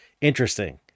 interesting